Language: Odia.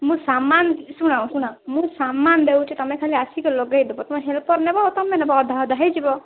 ମୁଁ ସାମାନ ଶୁଣ ଶୁଣ ମୁଁ ସାମାନ ଦେଉଚି ତମେ ଖାଲି ଆସିକି ଲଗେଇଦବ ତମେ ହେଲ୍ପର୍ ନେବ ତମେ ନେବ ଅଧା ଅଧା ହୋଇଯିବ